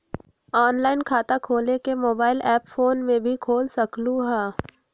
Online खाता खोले के मोबाइल ऐप फोन में भी खोल सकलहु ह?